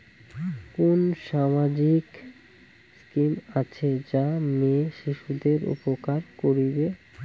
কুন সামাজিক স্কিম আছে যা মেয়ে শিশুদের উপকার করিবে?